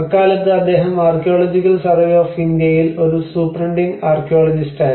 അക്കാലത്ത് അദ്ദേഹം archaeological survey of ഇന്ത്യയിൽ ഒരു സൂപ്രണ്ടിംഗ് ആർക്കിയോളജിസ്റ്റായിരുന്നു